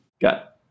got